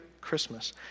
Christmas